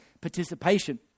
participation